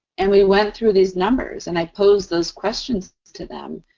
and we went through these numbers, and i posed those questions to them,